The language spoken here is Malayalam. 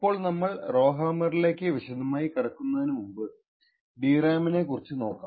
അപ്പോൾ നമ്മൾ റൊഹാമ്മറിലേക്ക് വിശദമായി കടക്കുന്നതിനുമുന്പ് DRAM നെ കുറിച്ച് നോക്കാം